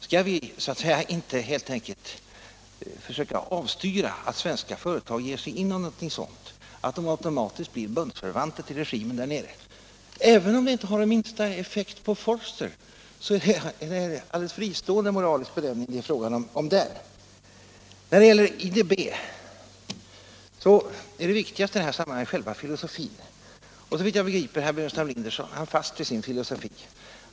Skall vi inte helt enkelt försöka avstyra att svenska företag ger sig in i något sådant, att de automatiskt blir bundsförvanter till regimen där nere? Även om det inte har den minsta effekt på Vorster så är det en alldeles fristående moralisk bedömning som det är fråga om. När det gäller IDB är det viktigaste i det här sammanhanget själva filosofin. Såvitt jag begriper håller herr Burenstam Linder fast vid sin filosofi.